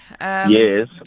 Yes